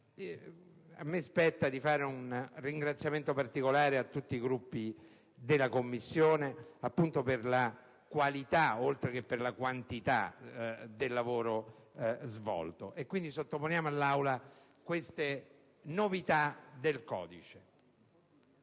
a me spetta rivolgere un ringraziamento particolare a tutti Gruppi della Commissione per la qualità, oltre che per la quantità, del lavoro svolto. Sottoponiamo quindi all'Aula queste novità del codice.